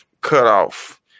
cutoff